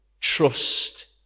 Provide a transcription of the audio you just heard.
Trust